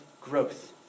growth